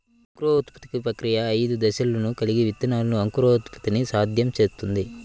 అంకురోత్పత్తి ప్రక్రియ ఐదు దశలను కలిగి విత్తనాల అంకురోత్పత్తిని సాధ్యం చేస్తుంది